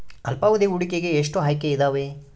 ಅಲ್ಪಾವಧಿ ಹೂಡಿಕೆಗೆ ಎಷ್ಟು ಆಯ್ಕೆ ಇದಾವೇ?